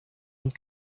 und